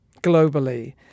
globally